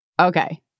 Okay